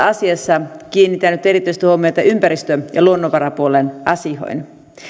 asiassa kiinnitän nyt erityisesti huomiota ympäristö ja luonnonvarapuolen asioihin